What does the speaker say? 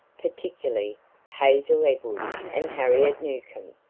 particularly hazel edwards and harriet newcomb.